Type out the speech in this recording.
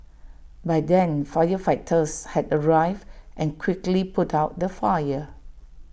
by then firefighters had arrived and quickly put out the fire